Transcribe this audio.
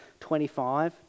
25